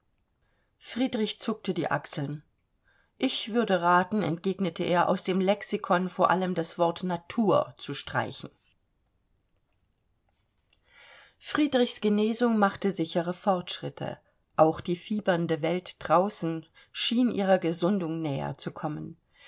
friedrich zuckte die achseln ich würde raten entgegnete er aus dem lexikon vor allem das wort natur zu streichen friedrichs genesung machte sichere fortschritte auch die fiebernde welt draußen schien ihrer gesundung näher zu kommen